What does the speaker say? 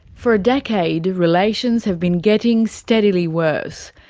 for a decade, relations had been getting steadily worse.